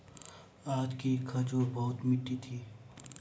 आज की खजूर बहुत मीठी थी